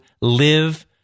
live